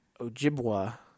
Ojibwa